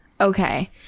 Okay